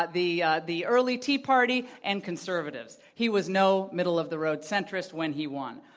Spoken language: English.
the the early tea party and conservatives. he was no middle-of-the-road centrist when he won.